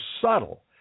subtle